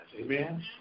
amen